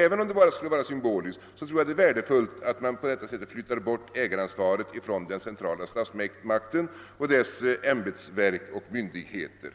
Jag tror alltså att det även under dessa förhållanden är värdefullt att flytta bort ägaransvaret från den centrala makten och dess ämbetsverk och myndigheter.